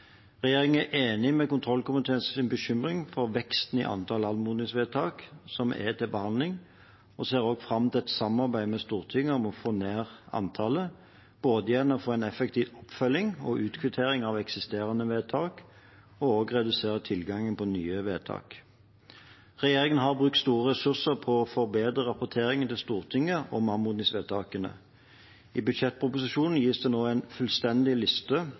Regjeringen er enig i kontrollkomiteens bekymring når det gjelder veksten i antall anmodningsvedtak som er til behandling, og ser fram til et samarbeid med Stortinget om å få ned antallet både gjennom å få en effektiv oppfølging og utkvittering av eksisterende vedtak og gjennom å redusere tilgangen på nye vedtak. Regjeringen har brukt store ressurser på å forbedre rapporteringen til Stortinget om anmodningsvedtakene. I budsjettproposisjonen gis det nå en fullstendig liste